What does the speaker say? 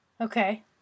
Okay